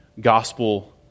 gospel